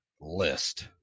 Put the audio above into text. list